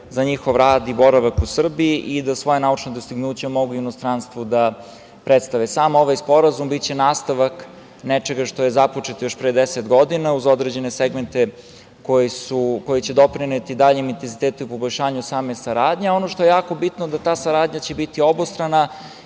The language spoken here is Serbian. za njihov rad i boravak u Srbiji i da svoja naučna dostignuća mogu u inostranstvu da predstave. Sam ovaj Sporazum biće nastavak nečega što je započeto još pre 10 godina, uz određene segmente koji će doprineti daljem intenzitetu poboljšanja same saradnje. Ono što je jako bitno je da će ta saradnja biti obostrana